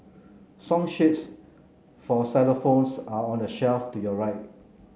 song sheets for xylophones are on the shelf to your right